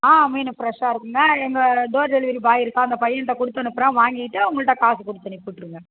ஆ மீன் ஃபிரஷ்ஷாக இருக்குங்க எங்கள் டோர் டெலிவரி பாய் இருக்கான் அந்த பையன்கிட்ட கொடுத்தனுப்புறேன் வாங்கிகிட்டு அவங்கள்ட காசு கொடுத்து அனுப்பிவிட்ருங்க